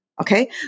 okay